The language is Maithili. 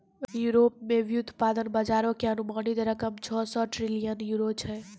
यूरोप मे व्युत्पादन बजारो के अनुमानित रकम छौ सौ ट्रिलियन यूरो छै